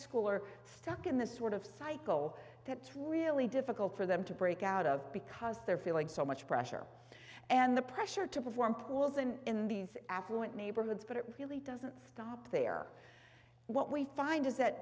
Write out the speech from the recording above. school are stuck in this sort of cycle that's really difficult for them to break out of because they're feeling so much pressure and the pressure to perform pools and in these affluent neighborhoods but it really doesn't stop there what we find is that